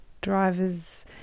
Drivers